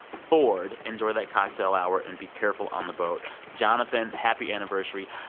ford enjoy that cocktail hour, and be careful on the boat. jonathan, happy anniversary.